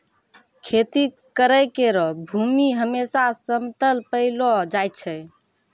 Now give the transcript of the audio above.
खेती करै केरो भूमि हमेसा समतल पैलो जाय छै